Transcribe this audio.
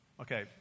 Okay